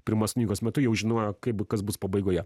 pirmos knygos metu jau žinojo kaip kas bus pabaigoje